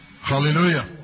Hallelujah